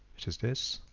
which is this